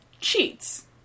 cheats